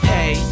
Hey